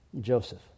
Joseph